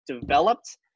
developed